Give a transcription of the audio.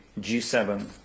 G7